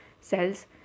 cells